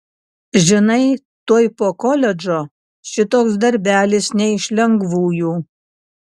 žinai tuoj po koledžo šitoks darbelis ne iš lengvųjų